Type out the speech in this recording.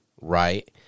right